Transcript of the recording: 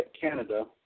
Canada